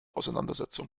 auseinandersetzung